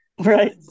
Right